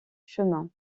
chemin